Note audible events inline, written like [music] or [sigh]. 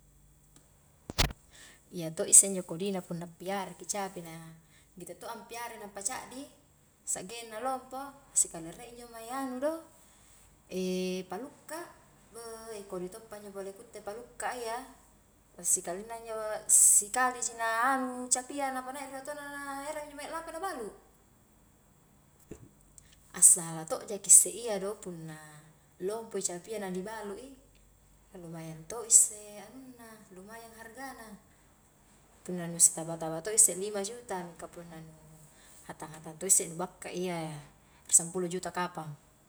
[noise] Iya to'isse injo kodina punna piara ki capi na gitte to' ampiarai nampa caddi, sa'genna lompo, sikali rie injo mae anu do, [hesitation] palukka bei kodi toppanjo pole ku itte palukka a iya, na sikalingna injo ssikaliji na anu capia napanai ri otona naerang injo mange lampa na balu, assahala to' jaki isse iya do, punna lompoi capia na ni balu i, lumayan to' isse anunna, lumayan hargana, punna nu sitaba-taba to isse lima juta, mingka punna nu hatang-hatang to' isse nu bakka iya, rie sampulo juta kapang.